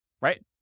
Right